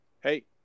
Hey